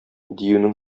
диюнең